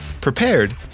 prepared